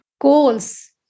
goals